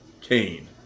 Kane